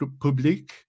Public